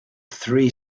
three